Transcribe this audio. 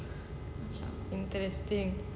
interesting